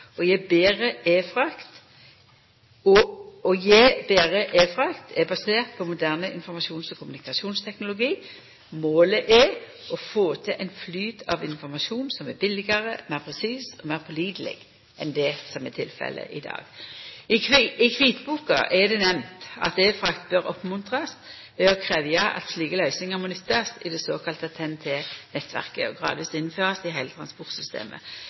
gje betre konkurransekraft for europeisk næringsliv. E-frakt er basert på moderne informasjons- og kommunikasjonsteknologi. Målet er å få til ein flyt av informasjon som er billegare, meir presis og meir påliteleg enn det som er tilfellet i dag. I kvitboka er det nemnt at e-frakt bør oppmuntrast ved å krevja at slike løysingar må nyttast i det såkalla TEN-T- nettverket, og gradvis innførast i heile transportsystemet.